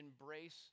embrace